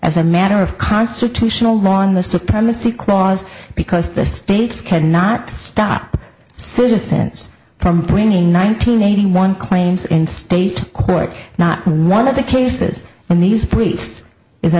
as a matter of constitutional law in the supremacy clause because the states cannot stop serious sense from bringing nineteen eighty one claims in state court not one of the cases in these